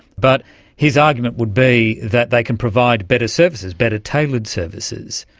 but his argument would be that they can provide better services, better tailored services.